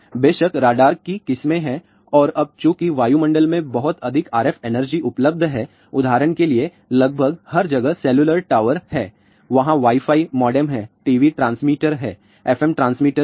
बेशक राडार की किस्में हैं और अब चूंकि वायुमंडल में बहुत अधिक आरएफ एनर्जी उपलब्ध है उदाहरण के लिए लगभग हर जगह सेलुलर टॉवर हैं वहां वाई फाई मोडेम हैं टीवी ट्रांसमीटर हैं FM ट्रांसमीटर हैं